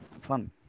fun